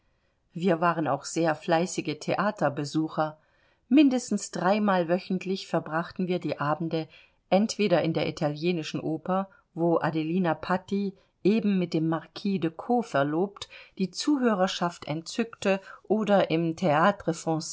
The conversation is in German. wir waren auch sehr fleißige theaterbesucher mindestens dreimal wöchentlich verbrachten wir die abende entweder in der italienischen oper wo adelina patti eben mit dem marquis de caux verlobt die zuhörerschaft entzückte oder im